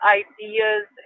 ideas